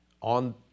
on